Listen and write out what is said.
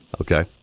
Okay